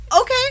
Okay